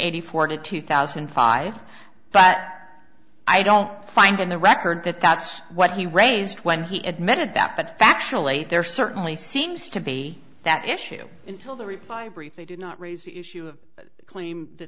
eighty four to two thousand and five but i don't find in the record that that's what he raised when he admitted that but factually there certainly seems to be that issue until the reply brief they did not raise the issue of the claim that